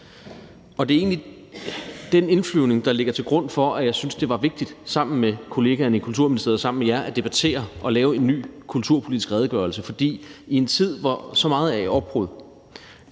Det er egentlig den indflyvning, der ligger til grund for, at jeg syntes, at det sammen med kollegaerne i Kulturministeriet og sammen med jer var vigtigt have en debat og lave en ny kulturpolitisk redegørelse. For i en tid, hvor så meget er i opbrud,